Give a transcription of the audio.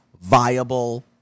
viable